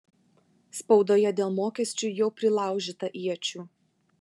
spaudoje dėl mokesčių jau prilaužyta iečių